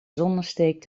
zonnesteek